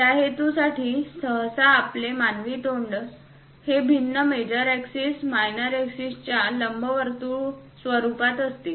त्या हेतूसाठी सहसा आपले मानवी तोंड हे भिन्न मेजर एक्सिस मायनर एक्सिसच्या लंबवर्तुळ स्वरूपात असते